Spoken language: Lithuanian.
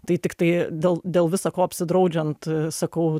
tai tiktai dėl dėl visa ko apsidraudžiant sakau